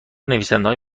نویسندههای